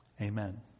Amen